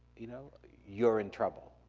you know you're in trouble,